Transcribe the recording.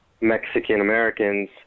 Mexican-Americans